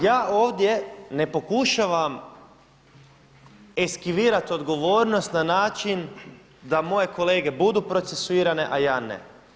Ja ovdje ne pokušavam eskivirati odgovornost na način da moje kolege budu procesuirane, a ja ne.